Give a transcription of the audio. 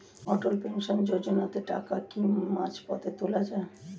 অটল pension যোজনাতে টাকা কি মাঝপথে তোলা যায়?